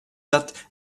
that